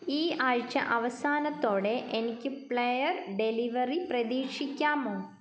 ഈ ആഴ്ച അവസാനത്തോടെ എനിക്ക് പ്ലയർ ഡെലിവറി പ്രതീക്ഷിക്കാമോ